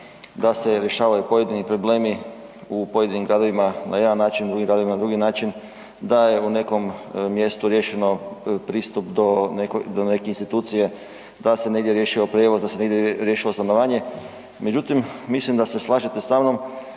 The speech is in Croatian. da se rješavaju pojedini problemi u pojedinim gradovima u drugim gradovima na drugi način, da je u nekom mjestu riješeno pristup do neke institucije, da se negdje riješio prijevoz, da se negdje riješilo stanovanje. Međutim, mislim da se slažete sa mnom